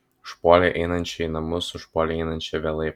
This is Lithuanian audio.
užpuolė einančią į namus užpuolė einančią vėlai